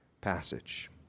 passage